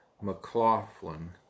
McLaughlin